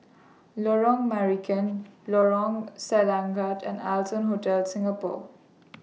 Lorong Marican Lorong Selangat and Allson Hotel Singapore